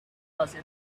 asked